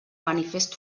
manifest